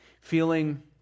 feeling